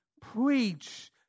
preach